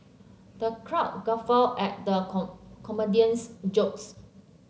the crowd guffawed at the comedian's jokes